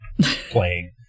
playing